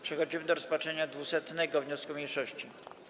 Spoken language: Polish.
Przechodzimy do rozpatrzenia 200. wniosku mniejszości.